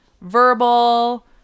verbal